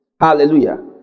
hallelujah